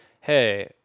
hey